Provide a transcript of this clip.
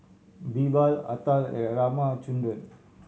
Birbal Atal and Ramchundra